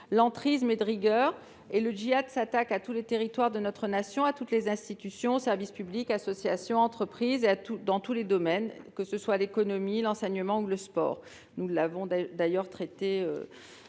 L'entrisme est de rigueur. Le djihad s'attaque à tous les territoires de notre Nation, à toutes les institutions- services publics, associations, entreprises ... -et à tous les domaines, qu'il s'agisse de l'économie, de l'enseignement ou du sport ; nous en avons déjà parlé